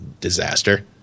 disaster